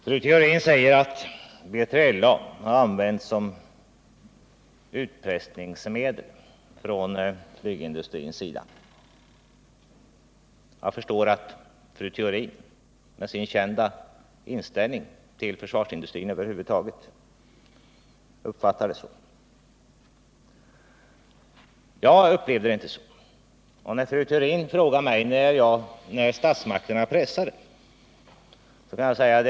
Herr talman! Fru Theorin säger att BILA har använts som utpressningsmedel från flygindustrins sida. Jag förstår att fru Theorin med sin kända inställning till försvarsindustrin uppfattar det så. Jag upplever det inte så. Fru Theorin frågar mig när statsmakterna pressade priset.